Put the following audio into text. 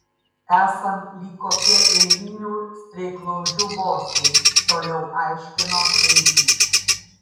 esam lyg kokie eilinių streiklaužių bosai toliau aiškino kairys